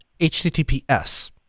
HTTPS